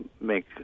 make